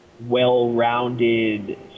well-rounded